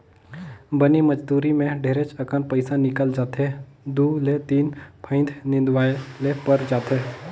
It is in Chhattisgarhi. बनी मजदुरी मे ढेरेच अकन पइसा निकल जाथे दु ले तीन फंइत निंदवाये ले पर जाथे